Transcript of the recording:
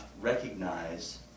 recognize